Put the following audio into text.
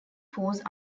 force